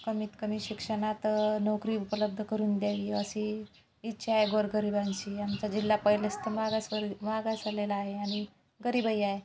कमीतकमी शिक्षनात नोकरी उपलब्द करून द्यावी असी इच्छाय गोरगरिबांची आमचा जिल्ला पयलेच तं मागासवर्ग मागास झालेला आहे आनि गरीबई आय